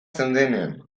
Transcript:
zeudenean